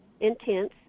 intense